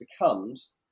becomes